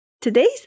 today's